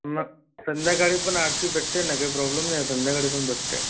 मग संध्याकाळी पण आरती भेटते ना काही प्रॉब्लेम नाही आहे संध्याकाळी पण भेटते